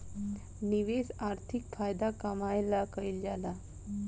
निवेश आर्थिक फायदा कमाए ला कइल जाला